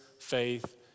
faith